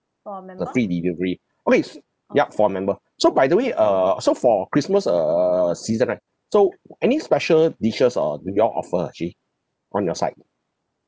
a free delivery okay s~ ya for member so by the way err so for christmas err season right so any special dishes ah do you all offer ah actually on your side